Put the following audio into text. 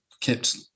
kept